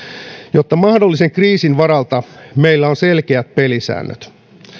jotta mahdollisen kriisin varalta meillä on selkeät pelisäännöt